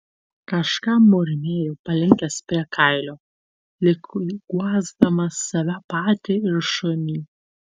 kažką murmėjo palinkęs prie kailio lyg guosdamas save patį ir šunį